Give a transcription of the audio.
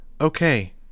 Okay